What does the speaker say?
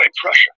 Prussia